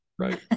Right